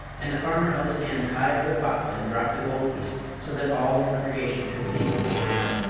and the farmer held his hand high over the box and dropped the gold piece so that all the congregation could see what he had given.